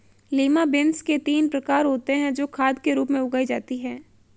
lima beans के तीन प्रकार होते हे जो खाद के रूप में उगाई जाती हें